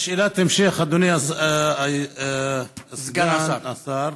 שאלת המשך, אדני סגן השר.